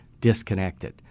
disconnected